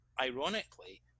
ironically